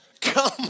Come